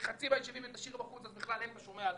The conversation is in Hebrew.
כי חצי מהיישובים היא תשאיר בחוץ אז "מכלל הן אתה שומע לאו".